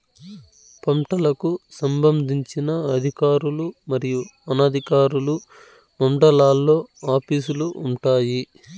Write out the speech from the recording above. పంటలకు సంబంధించిన అధికారులు మరియు అనధికారులు మండలాల్లో ఆఫీస్ లు వుంటాయి?